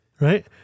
right